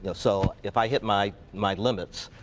ah so if i hit my my limits.